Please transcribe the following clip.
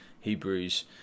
Hebrews